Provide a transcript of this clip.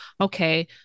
okay